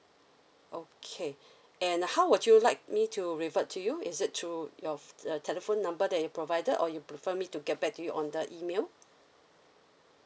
okay and how would you like me to revert to you is it through your uh telephone number that you provided or you prefer me to get back to you on the email